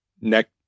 Next